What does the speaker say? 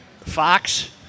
Fox